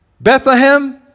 Bethlehem